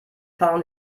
fahren